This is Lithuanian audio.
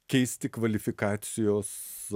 keisti kvalifikacijos